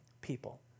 people